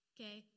Okay